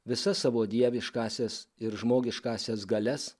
visas savo dieviškąsias ir žmogiškąsias galias